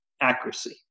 accuracy